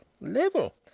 Level